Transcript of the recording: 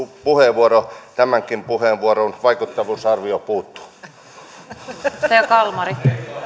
puheenvuoroa tämänkin puheenvuoron vaikuttavuusarvio puuttuu